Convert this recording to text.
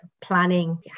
planning